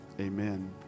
Amen